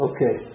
Okay